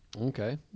Okay